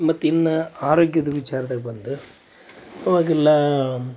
ಮತ್ತು ಇನ್ನ ಆರೋಗ್ಯದ ವಿಚಾರದಾಗ ಬಂದ ಅವಗಿಲ್ಲಾ